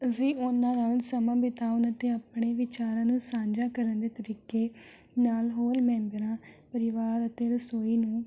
ਅਸੀਂ ਉਹਨਾਂ ਨਾਲ ਸਮਾਂ ਬਿਤਾਉਣ ਅਤੇ ਆਪਣੇ ਵਿਚਾਰਾਂ ਨੂੰ ਸਾਂਝਾ ਕਰਨ ਦੇ ਤਰੀਕੇ ਨਾਲ ਹੋਰ ਮੈਂਬਰਾਂ ਪਰਿਵਾਰ ਅਤੇ ਰਸੋਈ ਨੂੰ